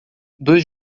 dois